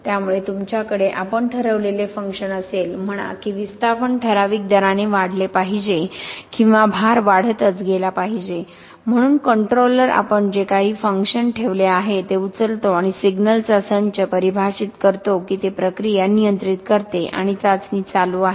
त्यामुळे तुमच्याकडे आपण ठरवलेले फंक्शन असेल म्हणा की विस्थापन ठराविक दराने वाढले पाहिजे किंवा भार वाढतच गेला पाहिजे म्हणून कंट्रोलर आपण जे काही फंक्शन ठेवले आहे ते उचलतो आणि सिग्नलचा संच परिभाषित करतो की ते प्रक्रिया नियंत्रित करते आणि चाचणी चालू आहे